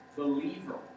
believer